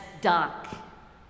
Doc